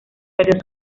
perdió